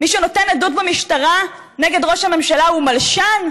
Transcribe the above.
מי שנותן עדות במשטרה נגד ראש הממשלה הוא מלשן?